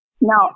Now